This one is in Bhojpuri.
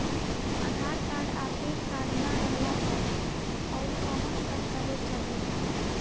आधार कार्ड आ पेन कार्ड ना रहला पर अउरकवन दस्तावेज चली?